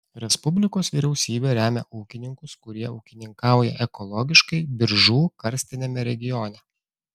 respublikos vyriausybė remia ūkininkus kurie ūkininkauja ekologiškai biržų karstiniame regione